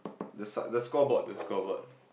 the sign the scoreboard the scoreboard